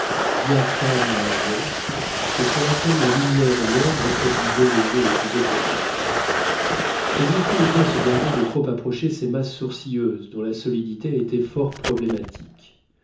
diaphane en un autre et sur laquelle la lumière et l'ombre produisaient les jeux les plus étonnants mais il fallait bien se garder de trop approcher ces masses sourcilleuses dont la solidité était fort problématique